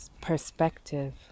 perspective